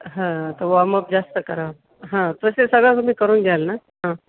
हां तर वॉर्मअप जास्त करा हां तसे सगळं म्हणजे करून घ्याल ना हां